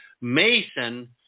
Mason